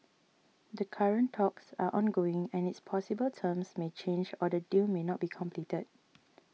the current talks are ongoing and it's possible terms may change or the deal may not be completed